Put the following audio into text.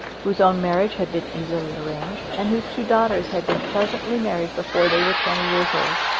whose own marriage had been easily arranged, and whose two daughters had been pleasantly married before they were twenty years old.